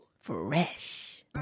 Fresh